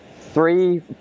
three